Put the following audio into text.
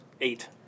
Eight